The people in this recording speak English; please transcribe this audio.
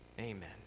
amen